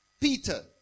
Peter